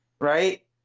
right